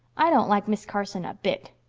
i don't like miss carson a bit.